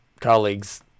colleagues